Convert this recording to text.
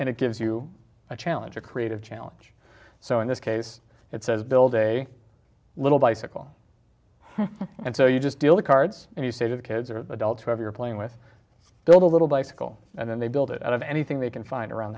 and it gives you a challenge a creative challenge so in this case it says build a little bicycle and so you just deal the cards and you say to the kids or adults who have you're playing with the little bicycle and then they build it out of anything they can find around